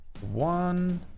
one